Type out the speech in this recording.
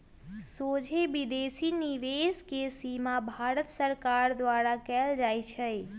सोझे विदेशी निवेश के सीमा भारत सरकार द्वारा कएल जाइ छइ